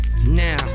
Now